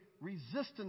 resistance